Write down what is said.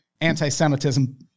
anti-Semitism